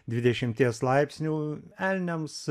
dvidešimties laipsnių elniams